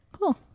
Cool